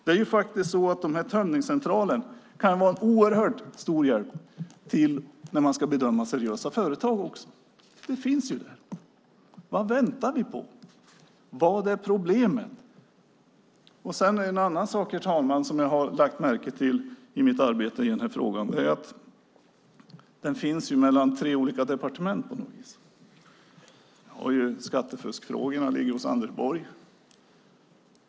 Det är faktiskt så att dessa tömningscentraler kan vara en oerhört stor hjälp också när man ska bedöma seriösa företag. Det finns ju där. Vad väntar ni på? Vad är problemet? Sedan är det en annan sak, herr talman, som jag har lagt märke till i mitt arbete i denna fråga. Det är att den på något vis finns mellan tre olika departement. Skattefuskfrågorna ligger hos Anders Borg.